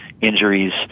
injuries